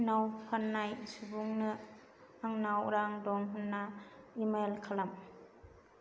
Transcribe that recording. नाव फान्नाय सुबुंनो आंनाव रां दं होन्ना इमेल खालाम